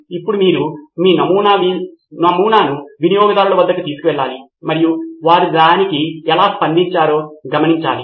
ఇప్పుడు మీరు మీ నమూనాను వినియోగదారులవద్దకు తీసుకెళ్లాలి మరియు వారు దానికి ఎలా స్పందిస్తారో గమనించాలి